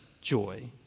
joy